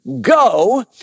go